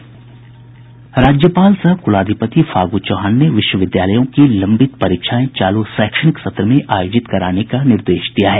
राज्यपाल सह कुलाधिपति फागू चौहान ने विश्वविद्यालय की लंबित परीक्षाएं चालू शैक्षणिक सत्र में आयोजित कराने का निर्देश दिया है